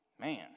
Man